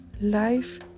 Life